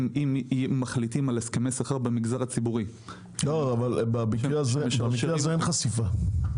אם מחליטים על הסכמי שכר במגזר הציבורי --- במקרה הזה אין חשיפה,